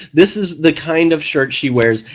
this is the kind of shirt she wears,